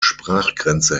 sprachgrenze